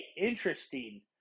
interesting